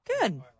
Good